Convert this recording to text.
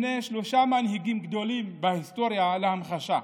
אמנה שלושה מנהיגים גדולים בהיסטוריה להמחשה.